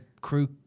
crew